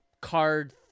card